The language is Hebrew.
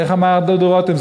איך אמר דודו רותם?